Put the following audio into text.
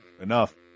enough